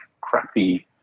crappy